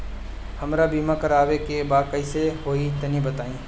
हमरा बीमा करावे के बा कइसे होई तनि बताईं?